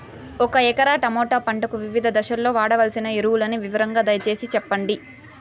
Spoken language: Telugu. ఒక ఎకరా టమోటా పంటకు వివిధ దశల్లో వాడవలసిన ఎరువులని వివరంగా దయ సేసి చెప్పండి?